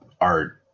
art